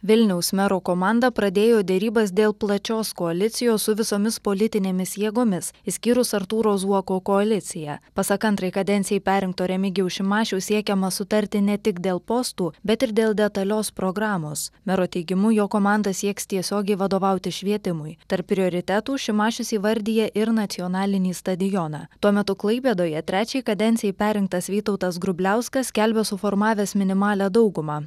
vilniaus mero komanda pradėjo derybas dėl plačios koalicijos su visomis politinėmis jėgomis išskyrus artūro zuoko koaliciją pasak antrai kadencijai perrinkto remigijaus šimašiaus siekiama sutarti ne tik dėl postų bet ir dėl detalios programos mero teigimu jo komanda sieks tiesiogiai vadovauti švietimui tarp prioritetų šimašius įvardija ir nacionalinį stadioną tuo metu klaipėdoje trečiai kadencijai perrinktas vytautas grubliauskas skelbia suformavęs minimalią daugumą